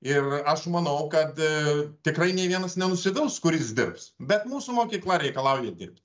ir aš manau kad tikrai nei vienas nenusivils kuris dirbs bet mūsų mokykla reikalauja dirbt